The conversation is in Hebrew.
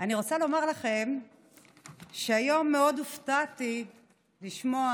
אני רוצה לומר לכם שהיום הופתעתי מאוד לשמוע